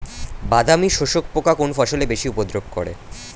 বাদামি শোষক পোকা কোন ফসলে বেশি উপদ্রব করে?